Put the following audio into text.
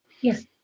yes